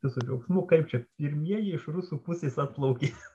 su džiaugsmu kaip čia pirmieji iš rusų pusės atplaukė